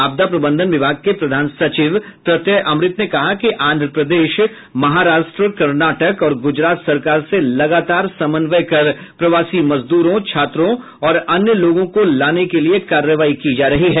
आपदा प्रबंधन विभाग के प्रधान सचिव प्रत्यय अमृत ने कहा कि आंध्र प्रदेश महाराष्ट्र कर्नाटक और गुजरात सरकार से लगातार समन्वय कर प्रवासी मजदूरों छात्रों और अन्य लोगों को लाने के लिए कार्रवाई की जा रही है